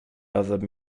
other